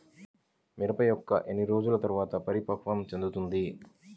మిరప మొక్క ఎన్ని రోజుల తర్వాత పరిపక్వం చెందుతుంది?